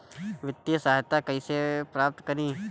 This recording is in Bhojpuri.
वित्तीय सहायता कइसे प्राप्त करी?